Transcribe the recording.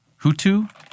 Hutu